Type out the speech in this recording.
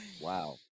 Wow